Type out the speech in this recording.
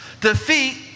defeat